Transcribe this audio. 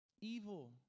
Evil